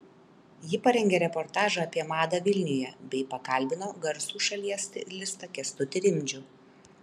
ji parengė reportažą apie madą vilniuje bei pakalbino garsų šalies stilistą kęstutį rimdžių